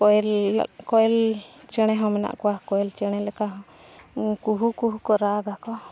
ᱠᱚᱭᱮᱞ ᱠᱚᱭᱮᱞ ᱪᱮᱬᱮ ᱦᱚᱸ ᱢᱮᱱᱟᱜ ᱠᱚᱣᱟ ᱠᱚᱭᱮᱞ ᱪᱮᱬᱮ ᱞᱮᱠᱟ ᱦᱚᱸ ᱠᱩᱦᱩ ᱠᱩᱦᱩ ᱠᱚ ᱨᱟᱜᱟᱠᱚ